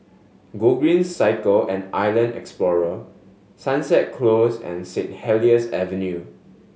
Gogreen Cycle and Island Explorer Sunset Close and Saint Helier's Avenue